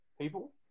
people